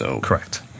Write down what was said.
Correct